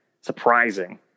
surprising